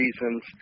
reasons